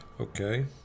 Okay